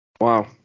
Wow